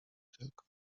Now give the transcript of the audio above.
tylko